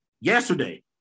yesterday